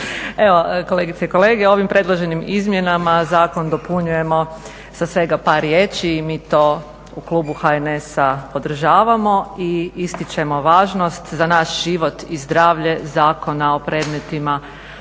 Evo kolegice i kolege, ovim predloženim izmjenama zakon dopunjujemo sa svega par riječi i mi to u klubu HNS-a podržavamo i ističemo važnost za naš život i zdravlje Zakona o predmetima